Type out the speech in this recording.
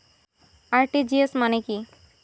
RTGS মানে কি?